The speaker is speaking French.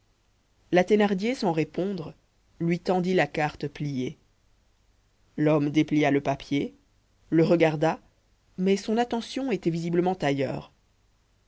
la thénardier sans répondre lui tendit la carte pliée l'homme déplia le papier le regarda mais son attention était visiblement ailleurs